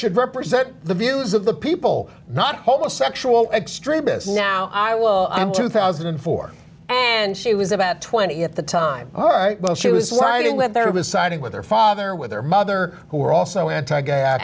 should represent the views of the people not homosexual extremists now i will i'm two thousand and four and she was about twenty at the time all right while she was writing that there was siding with her father with her mother who were also anti g